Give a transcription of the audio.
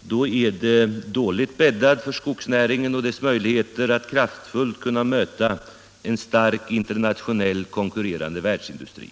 då är det dåligt bäddat för skogsnäringen och dess möjligheter att kraftfullt möta en stark internationell konkurrerande världsindustri.